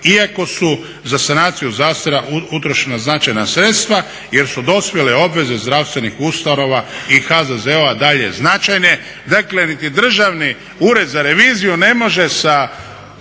se ne razumije./… utrošena značajna sredstva jer su dospjele obveze zdravstvenih ustanova i HZZO-a dalje značajne. Dakle, niti Državni ured za reviziju ne može sa